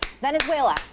Venezuela